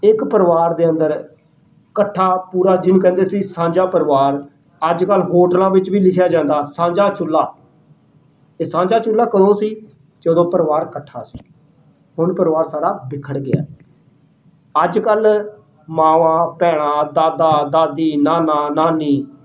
ਇੱਕ ਪਰਿਵਾਰ ਦੇ ਅੰਦਰ ਇਕੱਠਾ ਪੂਰਾ ਜਿਹਨੂੰ ਕਹਿੰਦੇ ਸੀ ਸਾਂਝਾ ਪਰਿਵਾਰ ਅੱਜ ਕੱਲ੍ਹ ਹੋਟਲਾਂ ਵਿੱਚ ਵੀ ਲਿਖਿਆ ਜਾਂਦਾ ਸਾਂਝਾ ਚੁੱਲ੍ਹਾ ਇਹ ਸਾਂਝਾ ਚੁੱਲ੍ਹਾ ਕਦੋਂ ਸੀ ਜਦੋਂ ਪਰਿਵਾਰ ਇਕੱਠਾ ਸੀ ਹੁਣ ਪਰਿਵਾਰ ਸਾਰਾ ਬਿਖਰ ਗਿਆ ਅੱਜ ਕੱਲ੍ਹ ਮਾਂਵਾਂ ਭੈਣਾਂ ਦਾਦਾ ਦਾਦੀ ਨਾਨਾ ਨਾਨੀ